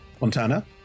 Montana